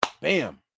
Bam